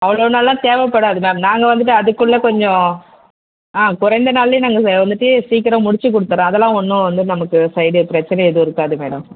அவ்வளோ நாள்லாம் தேவை படாது மேம் நாங்கள் வந்துவிட்டு அதுக்குள்ளே கொஞ்சம் ஆ குறஞ்ச நாள்லேயே நாங்கள் வந்துவிட்டு சீக்கிரம் முடிச்சி கொடுத்துறோம் அதெல்லாம் ஒன்றும் வந்து நமக்கு சைடு பிரச்சனை எதுவும் இருக்காது மேடம்